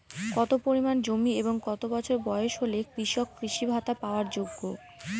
কত পরিমাণ জমি এবং কত বছর বয়স হলে কৃষক কৃষি ভাতা পাওয়ার যোগ্য?